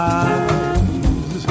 eyes